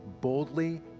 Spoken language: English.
boldly